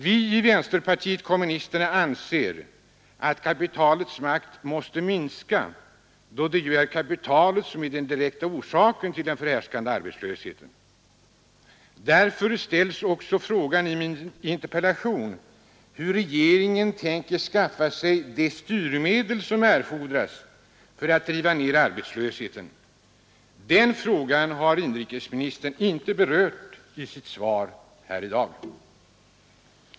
Vi i vänsterpartiet kommunisterna anser att kapitalets makt måste minskas, då det ju är kapitalet som är den direkta orsaken till den förhärskande arbetslösheten. Därför ställer jag i min interpellation också frågan, hur regeringen tänker skaffa sig de ”styrmedel” som erfordras för att driva ned arbetslösheten. Den frågan har inrikesministern inte berört i sitt svar här i dag.